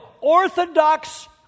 orthodox